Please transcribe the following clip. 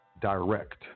direct